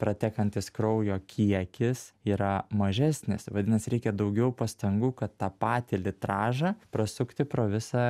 pratekantis kraujo kiekis yra mažesnis vadinasi reikia daugiau pastangų kad tą patį litražą prasukti pro visą